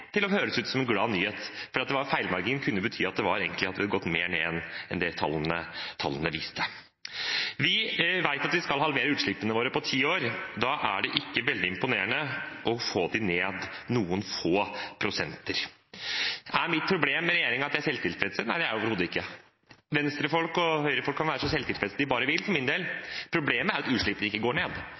til å høres ut som en gladnyhet, for at det var feilmargin kunne bety at det egentlig hadde gått mer ned enn det tallene viste. Vi vet at vi skal halvere utslippene våre på ti år. Da er det ikke veldig imponerende å få dem ned noen få prosenter. Er mitt problem med regjeringen at de er selvtilfredse? Nei, det er det overhodet ikke. Venstre-folk og Høyre-folk kan være så selvtilfredse de bare vil for min del. Problemet er at utslippene ikke går ned.